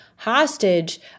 hostage